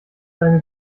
deine